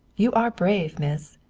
you are brave, miss.